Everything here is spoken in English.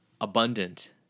abundant